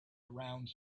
around